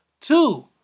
Two